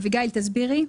אביגיל, תסבירי.